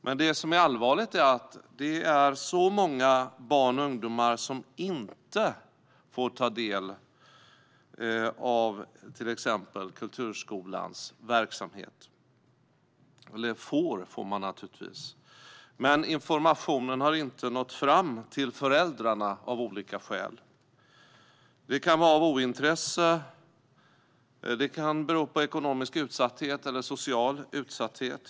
Men det som är allvarligt är att det är så många barn och ungdomar som inte tar del av kulturskolans verksamhet. Informationen har av olika skäl inte nått fram till föräldrarna. Det kan vara av ointresse eller bero på ekonomisk eller social utsatthet.